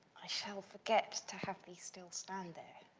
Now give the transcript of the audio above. i shall forget, to have thee still stand there,